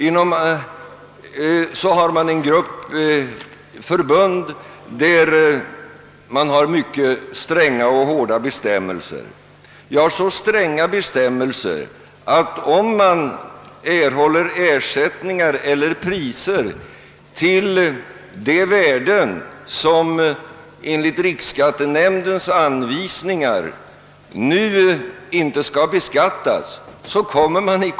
Därtill har vi en grupp förbund, inom vilka man har mycket stränga och hårda bestämmelser, ja så stränga att man kommer i konflikt med gällande regler, om man erhåller ersättningar eller priser till sådana värden som enligt riksskattenämndens anvisningar nu inte skulle beskattas.